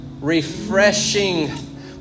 refreshing